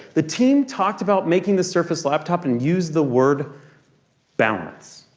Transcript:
the team talked about making the surface laptop and used the word balance.